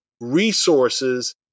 resources